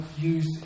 use